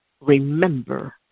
Remember